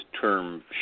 term